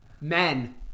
Men